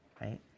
right